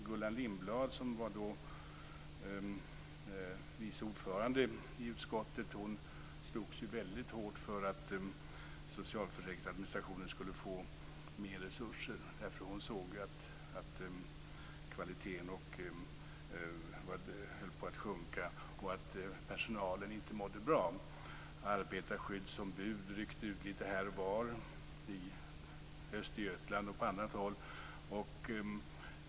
Gullan Lindblad, som då var vice ordförande i utskottet, slogs ju hårt för att socialförsäkringsadministrationen skulle få mer resurser. Hon såg att kvaliteten höll på att sjunka och att personalen inte mådde bra. Arbetarskyddsombud ryckte ut lite här och var i Östergötland och på annat håll.